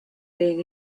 being